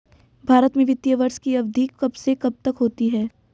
भारत में वित्तीय वर्ष की अवधि कब से कब तक होती है?